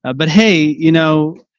ah but hey, you know,